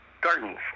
gardens